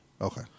Okay